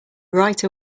right